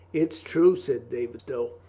it's true, said david stow.